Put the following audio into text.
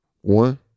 One